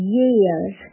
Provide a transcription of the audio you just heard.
years